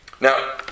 Now